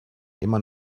immer